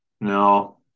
No